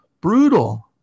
brutal